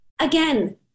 again